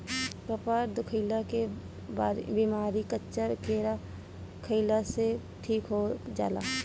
कपार दुखइला के बेमारी कच्चा केरा खइला से ठीक हो जाला